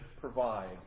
provide